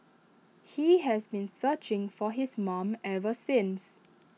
he has been searching for his mom ever since